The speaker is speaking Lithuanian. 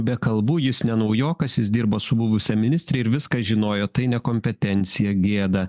be kalbų jis ne naujokas jis dirbo su buvusia ministre ir viską žinojo tai nekompetencija gėda